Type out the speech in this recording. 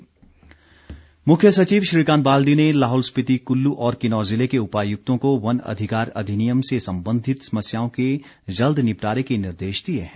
मुख्य सचिव मुख्य सचिव श्रीकांत बाल्दी ने लाहौल स्पिति कुल्लू और किन्नौर जिले के उपायुक्तों को वन अधिकार अधिनियम से संबंधित समस्याओं के जल्द निपटारे के निर्देश दिए हैं